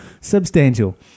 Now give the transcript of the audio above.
substantial